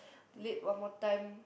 late one more time